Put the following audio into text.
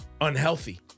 unhealthy